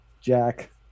Jack